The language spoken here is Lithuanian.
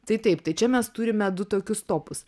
tai taip tai čia mes turime du tokius topus